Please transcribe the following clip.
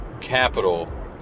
capital